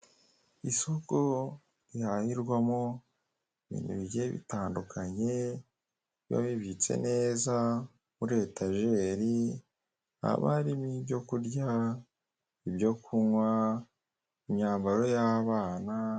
Isoko rihahirwamo ibintu bigiye bitandukanye biba bibitse neza muri etajeri, haba harimo ibyo kurya, ibyo kunywa, imyambaro y'abana.